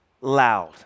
loud